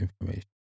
information